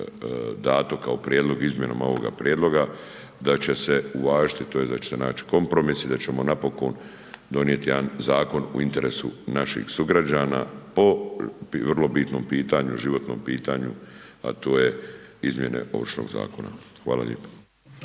prijedlog izmjenama ovoga prijedloga, da će se uvažiti tj. da će se nać kompromis i da ćemo napokon donijeti jedan zakon u interesu naših sugrađana po vrlo bitnom pitanju, životnom pitanju, a to je izmjene Ovršnog zakona. Hvala lijepo.